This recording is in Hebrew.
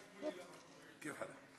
שלוש דקות, בבקשה.